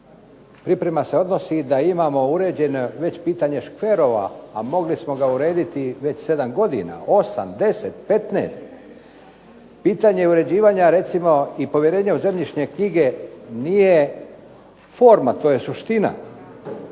priprema se odnosi da imamo uređeno pitanje škverova, a mogli smo ga urediti već 7 godina, 8, 10, 15. pitanje uređivanja recimo i povjerenje u zemljišne knjige nije forma. To je suština.